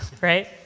right